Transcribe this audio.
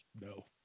no